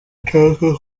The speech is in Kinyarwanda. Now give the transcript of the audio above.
nshaka